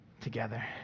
together